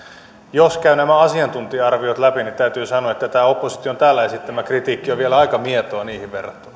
jos käy nämä asiantuntija arviot läpi niin täytyy sanoa että tämä opposition täällä esittämä kritiikki on vielä aika mietoa niihin verrattuna tämä on vielä